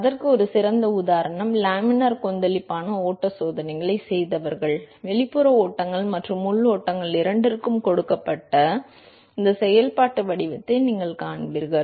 அதற்கு ஒரு சிறந்த உதாரணம் லேமினார் கொந்தளிப்பான ஓட்ட சோதனைகளை செய்தவர்கள் வெளிப்புற ஓட்டங்கள் மற்றும் உள் ஓட்டங்கள் இரண்டிற்கும் கொடுக்கப்பட்ட இந்த செயல்பாட்டு வடிவத்தை நீங்கள் காண்பீர்கள்